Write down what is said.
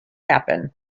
happen